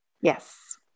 yes